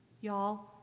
y'all